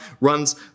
runs